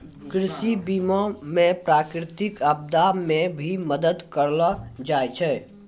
कृषि बीमा मे प्रकृतिक आपदा मे भी मदद करलो जाय छै